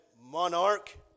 monarch